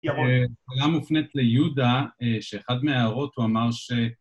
ירון. השאלה מופנת ליהודה שבאחת מההערות הוא אמר ש...